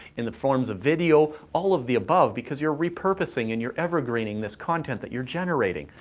in the forms of video, all of the above, because you're repurposing and you're evergreening this content that you're generating.